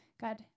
God